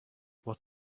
what